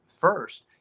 first